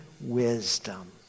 wisdom